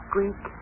Greek